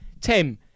Tim